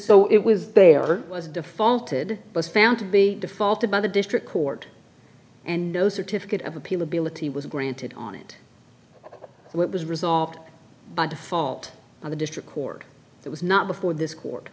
so it was there was defaulted was found to be defaulted by the district court and no certificate of appeal ability was granted on it it was resolved by default on the district court it was not before this court